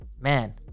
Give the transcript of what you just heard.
Man